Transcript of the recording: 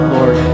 Lord